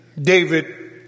David